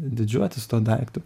didžiuotis tuo daiktu